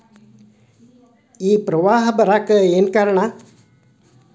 ಪ್ರವಾಹ ಬರಾಕ್ ಏನ್ ಕಾರಣ?